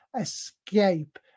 escape